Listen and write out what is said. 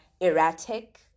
erratic